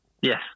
Yes